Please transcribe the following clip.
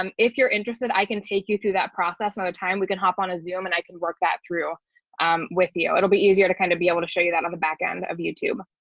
um if you're interested, i can take you through that process another time, we can hop on a zoom and i can work that through with you. it'll be easier to kind of be able to show you that on the back end of youtube.